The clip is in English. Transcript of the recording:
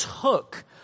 took